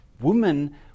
women